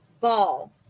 Ball